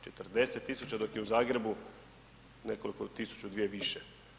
40 000 dok je u Zagrebu nekoliko tisuća, dvije više.